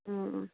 ꯎꯝ ꯎꯝ